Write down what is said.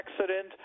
accident